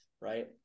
right